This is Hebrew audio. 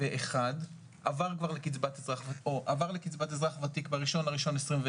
ותיק, עבר לקצבת אזרח ותיק ב-1 בינואר 2021,